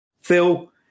Phil